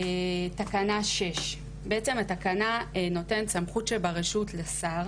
תקנה 6. התקנה נותנת סמכות שברשות לשר